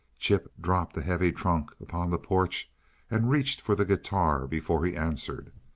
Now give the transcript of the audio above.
chip dropped a heavy trunk upon the porch and reached for the guitar before he answered.